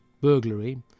burglary